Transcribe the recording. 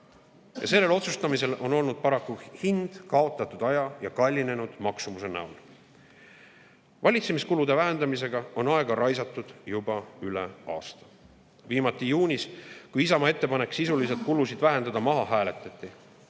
Sellel [otsustamatusel] on olnud paraku hind kaotatud aja ja kallinenud maksumuse näol. Valitsemiskulude vähendamisega on aega raisatud juba üle aasta. Viimati [juhtus nii] juunis, kui Isamaa ettepanek sisuliselt kulusid vähendada maha hääletati.